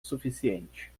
suficiente